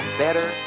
better